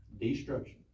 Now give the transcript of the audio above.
Destruction